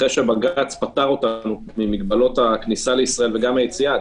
אחרי שבג"ץ פטר אותנו ממגבלות הכניסה לישראל וגם היציאה ממנה,